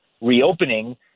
reopening